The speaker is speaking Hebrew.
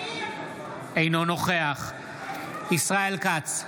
אינו נוכח ישראל כץ,